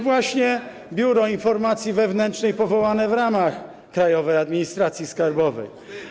Właśnie Biuro Informacji Wewnętrznej powołane w ramach Krajowej Administracji Skarbowej.